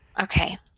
Okay